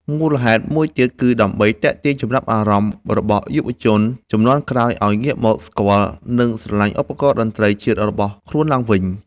មូលហេតុមួយទៀតគឺដើម្បីទាក់ទាញចំណាប់អារម្មណ៍របស់យុវជនជំនាន់ក្រោយ ឱ្យងាកមកស្គាល់ និងស្រឡាញ់ឧបករណ៍តន្ត្រីជាតិរបស់ខ្លួនឡើងវិញ។